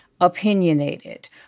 opinionated